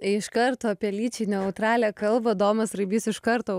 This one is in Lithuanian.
iš karto apie lyčiai neutralią kalbą domas raibys iš karto